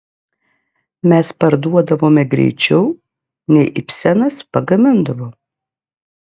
mes parduodavome greičiau nei ibsenas pagamindavo